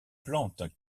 plante